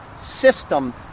system